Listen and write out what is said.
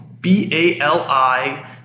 B-A-L-I